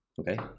Okay